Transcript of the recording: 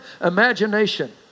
imagination